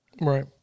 Right